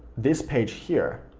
this page here,